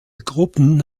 gruppen